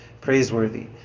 praiseworthy